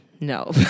No